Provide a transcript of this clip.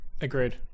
Agreed